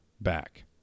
Back